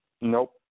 Nope